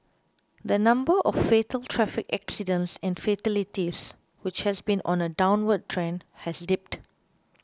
the number of fatal traffic accidents and fatalities which has been on a downward trend has dipped